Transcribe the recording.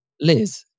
Liz